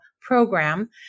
program